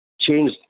change